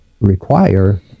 require